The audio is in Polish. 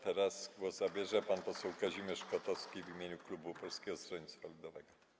Teraz głos zabierze pan poseł Kazimierz Kotowski w imieniu klubu Polskiego Stronnictwa Ludowego.